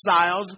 exiles